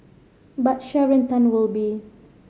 but Sharon Tan will be